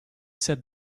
said